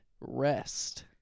Rest